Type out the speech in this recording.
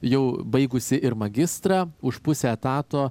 jau baigusi ir magistrą už pusę etato